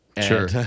sure